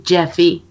Jeffy